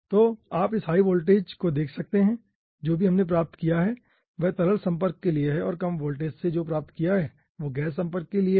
तो आप इस हाई वोल्टेज को देख सकते है जो भी हमने प्राप्त किया है वह तरल संपर्क के लिए है और कम वोल्टेज जो प्राप्त किया है वो गैस संपर्क के लिए है